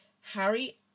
Harry